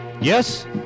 Yes